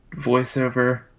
voiceover